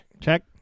Check